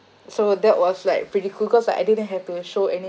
so that was like pretty cool cause like I didn't have to show any